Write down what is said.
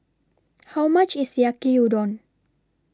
How much IS Yaki Udon